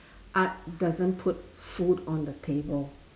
art doesn't put food on the table